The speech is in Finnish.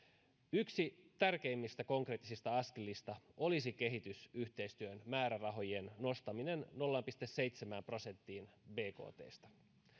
yksi tärkeimmistä konkreettisista askelista olisi kehitysyhteistyön määrärahojen nostaminen nolla pilkku seitsemään prosenttiin bktstä